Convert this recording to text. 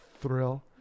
Thrill